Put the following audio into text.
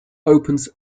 opens